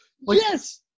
yes